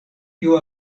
kiu